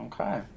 Okay